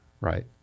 right